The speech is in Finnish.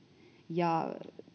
ja